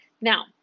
Now